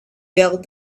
build